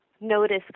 notice